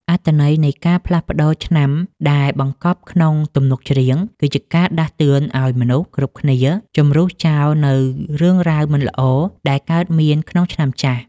អត្ថន័យនៃការផ្លាស់ប្តូរឆ្នាំដែលបង្កប់ក្នុងទំនុកច្រៀង គឺជាការដាស់តឿនឱ្យមនុស្សគ្រប់គ្នាជម្រុះចោលនូវរឿងរ៉ាវមិនល្អដែលកើតមានក្នុងឆ្នាំចាស់។